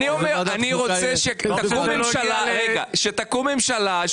אני רוצה שתקום ממשלה,